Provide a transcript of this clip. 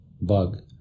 bug